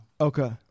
Okay